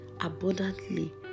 abundantly